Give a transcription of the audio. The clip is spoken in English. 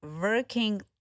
working